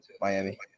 Miami